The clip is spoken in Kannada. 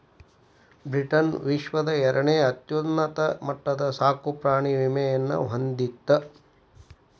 ಬ್ರಿಟನ್ ವಿಶ್ವದ ಎರಡನೇ ಅತ್ಯುನ್ನತ ಮಟ್ಟದ ಸಾಕುಪ್ರಾಣಿ ವಿಮೆಯನ್ನ ಹೊಂದಿತ್ತ